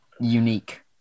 unique